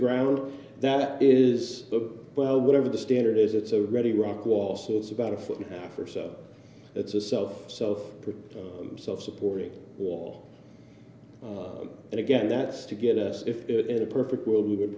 ground that is well whatever the standard is it's a ready rock wall so it's about a foot and a half or so it's a self self self supporting wall and again that's to get us in a perfect world we would